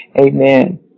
Amen